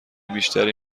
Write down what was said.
بیشتری